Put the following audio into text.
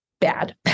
Bad